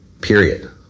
period